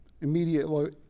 immediately